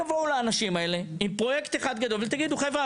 תבואו לאנשים האלה עם פרויקט אחד גדול ותגידו: חבר'ה,